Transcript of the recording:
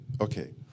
Okay